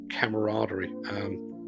camaraderie